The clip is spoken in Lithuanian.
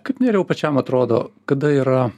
kaip nerijau pačiam atrodo kada yra